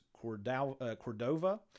Cordova